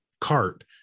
cart